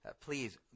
Please